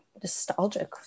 nostalgic